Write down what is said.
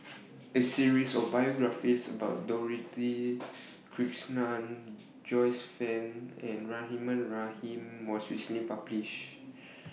A series of biographies about Dorothy Krishnan Joyce fan and Rahimah Rahim was recently published